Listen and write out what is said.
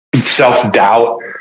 self-doubt